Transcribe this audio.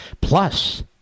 Plus